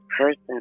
person